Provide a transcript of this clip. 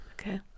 Okay